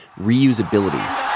reusability